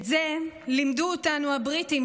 את זה לימדו אותנו הבריטים,